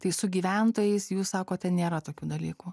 tai su gyventojais jūs sakote nėra tokių dalykų